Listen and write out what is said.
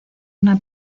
una